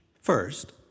First